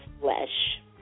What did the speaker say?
flesh